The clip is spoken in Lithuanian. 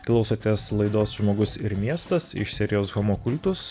klausotės laidos žmogus ir miestas iš serijos homo kultus